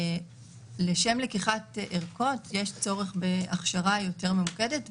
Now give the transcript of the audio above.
לשם לקיחת ערכות יש צורך בהכשרה יותר ממוקדת,